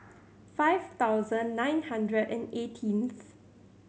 five thousand nine hundred and eighteenth